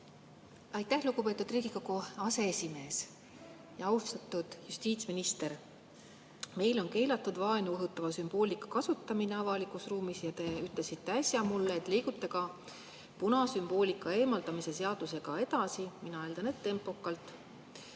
Aitäh, lugupeetud Riigikogu aseesimees! Austatud justiitsminister! Meil on keelatud vaenu õhutava sümboolika kasutamine avalikus ruumis ja te ütlesite äsja mulle, et liigute ka punasümboolika eemaldamise seadusega edasi – mina eeldan, et tempokalt.